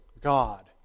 God